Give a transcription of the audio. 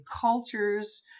cultures